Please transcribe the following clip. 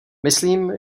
myslím